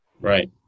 right